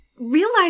realize